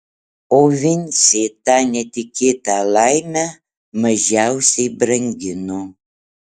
o vincė tą netikėtą laimę mažiausiai brangino